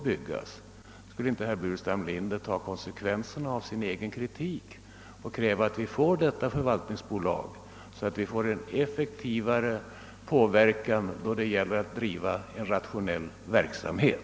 Borde inte herr Burenstam Linder ta konsekvenserna av sin egen kritik och kräva att vi får detta förvaltningsbolag, så att det blir en effektivare påverkan då det gäller att driva rationell verksamhet?